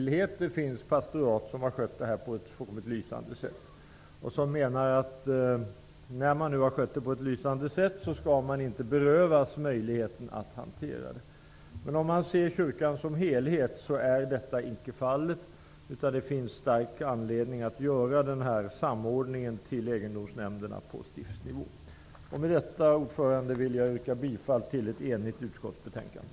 Det finns pastorat som har skött förvaltningen på ett fullkomligt lysande sätt och som menar att man inte skall berövas dessa möjligheter. Men om man ser till kyrkan som helhet är så icke fallet. Det finns stor anledning att genomföra denna samordning med egendomsnämnder på stiftsnivå. Herr talman! Med det anförda vill jag yrka bifall till hemställan i ett enigt utskottsbetänkande.